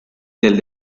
del